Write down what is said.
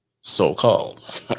so-called